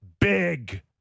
Big